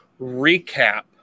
recap